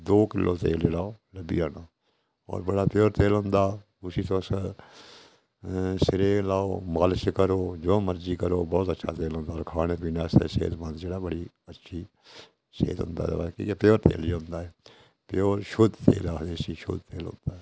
दो किल्लो तेल जेह्ड़ा ऐ ओह् असेंगी लब्भी जाना होर बड़ा प्योर तेल होंदा उस्सी तुस सिरे ई लाओ मालिश करो जो मर्जी करो बहुत अच्छा तेल होंदा होर खाने पीने आस्तै बड़ा सेह्तमंद बड़ी अच्छी सेह्त होंदा ऐ प्योर शुद्ध तेल आक्खदे इस्सी